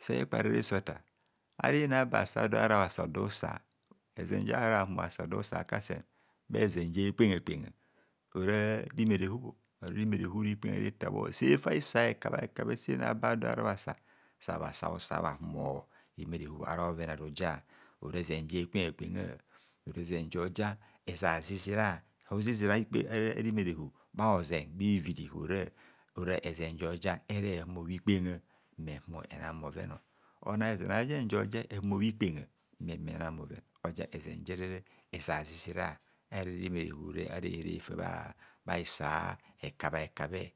Se kparare ese otar ara inai aba sa dor ara bhasador husa ezen jahara bhahumor bhasa dor husa kasen bha ezen je kpegha kpegha ora rimere hub bharo rimerehub rikpegha ritabhor. Serefa hisa hekabhe hekabhe sa inai aba sa- dor ara bhasa sahara bhasa husa bhahumor rimerehub ara bhoven aruja. Ora ezen jekpegha kpegha or ezen jo ja ezazizizra ozizira a'rimerebub bha hoze, bhaiviri ora, ora ezen joja ere humor bhikpengha mme humor ena bhoven ona ezen ajen jo ja ehumor bhikpengha humor ena bhoven oja ezen jere ezazizira ara rimerehub re ara ere far bha hisa bhekabhebhekabhe.